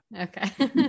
Okay